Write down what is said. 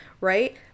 right